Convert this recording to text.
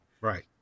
right